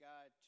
God